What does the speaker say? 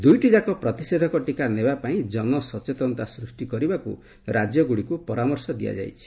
ଦୁଇଟିଯାକ ପ୍ରତିଷେଧକ ଟିକା ନେବା ପାଇଁ ଜନସଚେତନତା ସୃଷ୍ଟି କରିବାକୁ ରାଜ୍ୟ ଗୁଡ଼ିକୁ ପରାମର୍ଶ ଦିଆଯାଇଛି